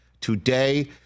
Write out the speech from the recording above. today